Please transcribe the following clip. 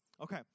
Okay